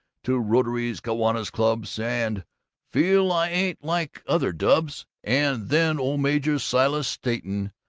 to rotarys, kiwanis' clubs, and feel i ain't like other dubs. and then old major silas satan,